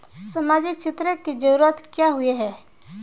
सामाजिक क्षेत्र की जरूरत क्याँ होय है?